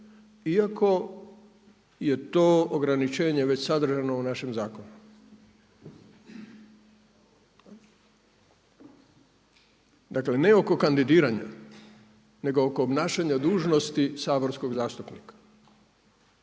iako je to ograničenje već sadržano u našem zakonu. Dakle ne oko kandidiranje, nego oko kandidiranja nego oko obnašanja dužnosti saborskog zastupnika.